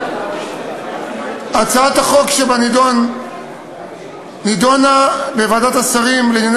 הצעת החוק שבנדון נדונה בוועדת השרים לענייני